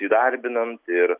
įdarbinant ir